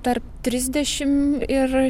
tarp trisdešim ir